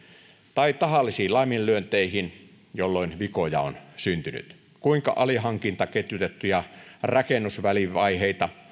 tai tahallisiin laiminlyönteihin jolloin vikoja on syntynyt kuinka alihankintaketjutettuja rakennusvälivaiheita